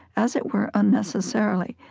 as it were, unnecessarily,